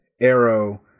Arrow